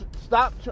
stop